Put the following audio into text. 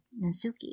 Nasuki